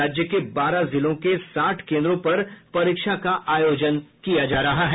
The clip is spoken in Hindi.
राज्य के बारह जिलों के साठ केन्द्रों पर परीक्षा का आयोजन किया जा रहा है